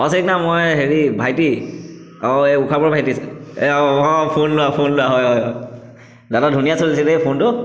অঁ সিংদা মই হেৰি ভাইটি অঁ এই ভাইটি এই অঁ অঁ ফোন লোৱা ফোন লোৱা হয় হয় দাদা ধুনীয়া চলিছে দেই ফোনটো